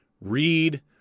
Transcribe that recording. read